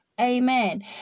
Amen